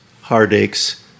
heartaches